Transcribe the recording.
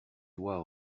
loi